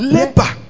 Labor